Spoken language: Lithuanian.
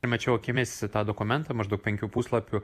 permečiau akimis tą dokumentą maždaug penkių puslapių